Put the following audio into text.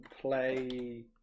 play